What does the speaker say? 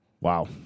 Wow